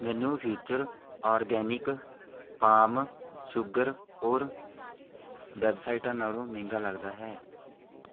ਮੈਨੂੰ future organic palm sugar ਹੋਰ ਵੈੱਬਸਾਈਟਾਂ ਨਾਲੋਂ ਮਹਿੰਗਾ ਲੱਗਦਾ ਹੈ